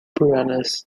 puranas